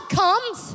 comes